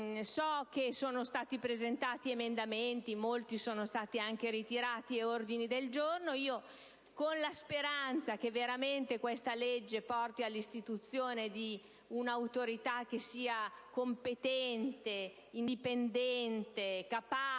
So che sono stati presentati emendamenti (molti sono stati anche ritirati) e ordini del giorno. La speranza - lo ripeto - è che questo provvedimento porti all'istituzione di un'Autorità che sia competente, indipendente, capace